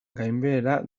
gainbehera